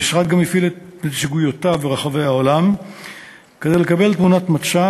המשרד גם הפעיל את נציגויותיו ברחבי העולם כדי לקבל תמונת מצב